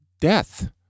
death